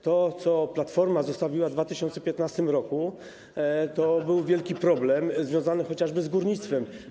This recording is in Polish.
To, co Platforma zostawiła w 2015 r., to był wielki problem związany chociażby z górnictwem.